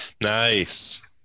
nice